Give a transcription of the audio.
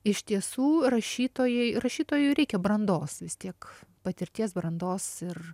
iš tiesų rašytojai rašytojui reikia brandos vis tiek patirties brandos ir